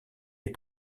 est